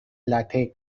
lathe